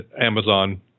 Amazon